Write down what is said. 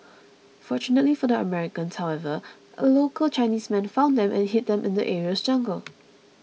fortunately for the Americans however a local Chinese man found them and hid them in the area's jungle